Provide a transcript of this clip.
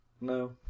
No